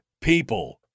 people